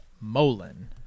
molin